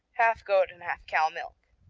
half goat and half cow milk.